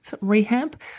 rehab